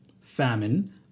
famine